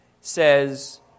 says